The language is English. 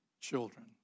children